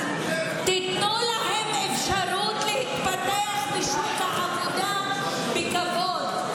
תיתנו להן אפשרות להתפתח בשוק העבודה בכבוד.